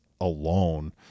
alone